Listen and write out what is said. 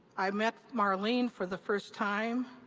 i met marlene for the first time,